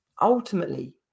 Ultimately